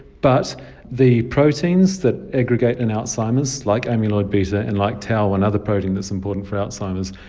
but the proteins that aggregate in alzheimer's, like amyloid beta and like tau, another protein that's important for alzheimer's,